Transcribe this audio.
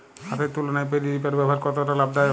হাতের তুলনায় paddy reaper ব্যবহার কতটা লাভদায়ক?